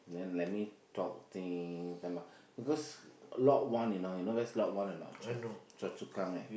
then let me talk things then my because Lot-One you know you where is Lot-One or not Chua Choa-Chu-Kang eh